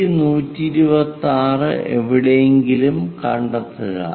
ഈ 126 എവിടെയെങ്കിലും കണ്ടെത്തുക